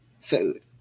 food